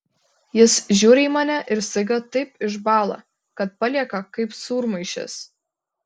jis žiūri į mane ir staiga taip išbąla kad palieka kaip sūrmaišis